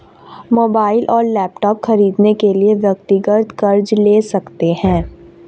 mobile और laptop खरीदने के लिए व्यक्तिगत कर्ज ले सकते है